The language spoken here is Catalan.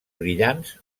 brillants